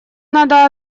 надо